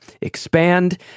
expand